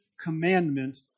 commandment